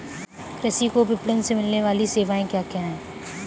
कृषि को विपणन से मिलने वाली सेवाएँ क्या क्या है